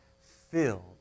filled